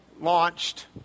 launched